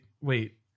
wait